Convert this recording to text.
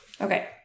Okay